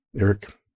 Eric